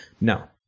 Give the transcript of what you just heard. No